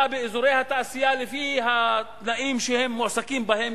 באזורי התעשייה לפי התנאים שהם מועסקים בהם,